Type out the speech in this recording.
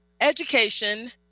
education